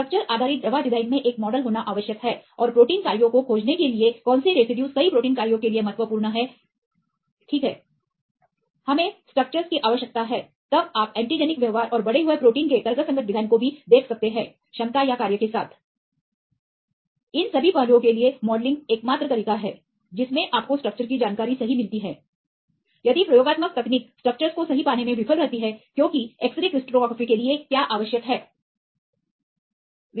structure आधारित दवा design में एक मॉडल होना आवश्यक है और प्रोटीन कार्यों को खोजने के लिए कौन से रेसिड्यूज कई प्रोटीन कार्यों के लिए महत्वपूर्ण हैं ठीक है हमें स्ट्रक्चर्स की आवश्यकता है तब आप एंटीजेनिक व्यवहार और बढ़े हुए प्रोटीन के तर्कसंगत डिजाइन को भी देख सकते हैं क्षमता या कार्य के साथ इन सभी पहलुओं के लिए मॉडलिंग एकमात्र तरीका है जिसमें आपको स्ट्रक्चर की जानकारी सही मिलती है यदि प्रयोगात्मक तकनीक स्ट्रक्चर्स को सही पाने में विफल रहती हैं एक क्रिस्टल एक्सरे क्रिस्टलोग्राफी का उपयोग करने के लिए जो एक्सरे क्रिस्टलोग्राफी के लिए आवश्यक है